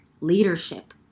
leadership